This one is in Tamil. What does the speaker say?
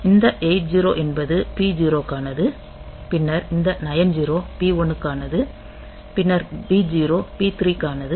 இந்த 80 என்பது P0 க்கானது பின்னர் இந்த 90 P1 க்கானது பின்னர் B0 P3 க்கானது